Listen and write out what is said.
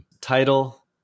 Title